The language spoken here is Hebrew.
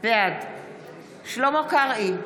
בעד שלמה קרעי,